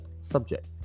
subject